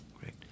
Great